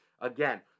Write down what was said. Again